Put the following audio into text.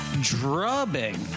drubbing